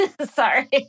Sorry